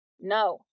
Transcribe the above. No